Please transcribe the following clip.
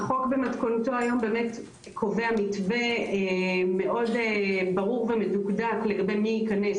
החוק במתכונתו היום באמת קובע מתווה מאוד ברור ומדוקדק לגבי מי ייכנס,